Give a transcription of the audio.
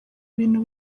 bintu